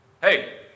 Hey